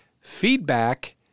feedback